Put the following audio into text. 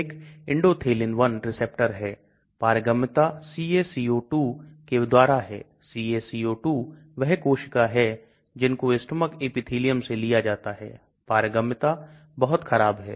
यह Indinavir है protease inhibitor यह विशेष संदर्भ से लिया गया है जो बहुत ही रोचक है इसलिए हम यहां R समूह बदलते रहते हैं और इसे अधिक हाइड्रोफिलिक बनाते हैं या इस मान से LogP को कम करके इस मान को लिखते हैं घुलनशीलता भी बढ़ जाती है